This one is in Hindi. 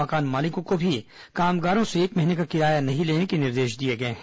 मकान मालिकों को भी कामगारों से एक महीने का किराया नहीं लेने के निर्देश दिए गए हैं